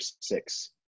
six